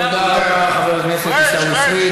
תודה רבה, חבר הכנסת עיסאווי פריג'.